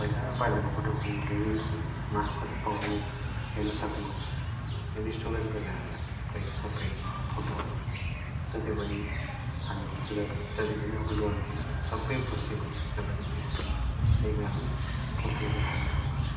पहिला पहिलाको फोटो पनि यहीमार्फत् पाउनु हेर्न सक्नुहुन्छ यसले स्टोरेज गरेर राख्छ तपाईँको सबै फोटोहरू जति पनि हाल्नुहुन्छ जति पनि अपलोड गर्नुहुन्छ सबै बसेको हुन्छ तपाईँको त्यहाँ त्यही कारण फोटोहरू हाल्नु मन पर्छ